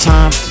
Time